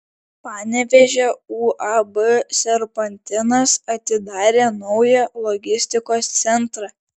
panevėžio uab serpantinas atidarė naują logistikos centrą